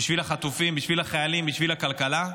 בשביל החטופים, בשביל החיילים, בשביל הכלכלה.